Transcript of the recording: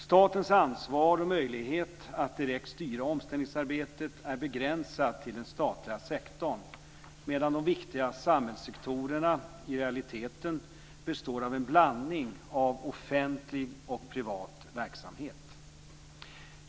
Statens ansvar och möjlighet att direkt styra omställningsarbetet är begränsat till den statliga sektorn, medan de viktiga samhällssektorerna i realiteten består av en blandning av offentlig och privat verksamhet.